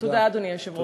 תודה, אדוני היושב-ראש.